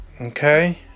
Okay